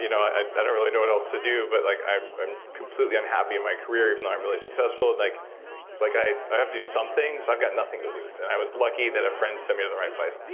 you know i don't really know what else to do, but like i'm completely unhappy in my career, even though i'm really successful. like like i i have to do something, so i've got nothing to lose. and i was lucky that a friend sent me to the right place.